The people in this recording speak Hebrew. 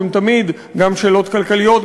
שהן תמיד גם שאלות כלכליות,